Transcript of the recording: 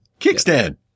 Kickstand